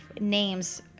names